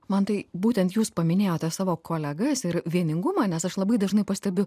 mantai būtent jūs paminėjote savo kolegas ir vieningumą nes aš labai dažnai pastebiu